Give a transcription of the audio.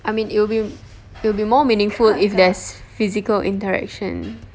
I mean it'll be it'll be more meaningful if there's physical interaction